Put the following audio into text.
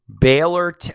Baylor